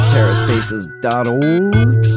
Terraspaces.org